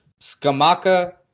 Skamaka